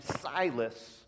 Silas